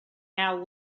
now